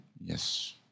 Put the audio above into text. Yes